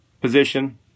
position